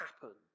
happen